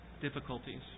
difficulties